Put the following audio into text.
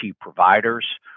providers